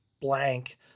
blank